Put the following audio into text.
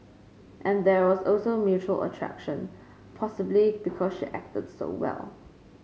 and there was also mutual attraction possibly because she acted so well